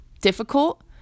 difficult